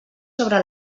sobre